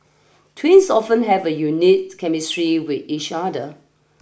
twins often have a unique chemistry with each other